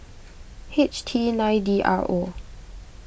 H T nine D R O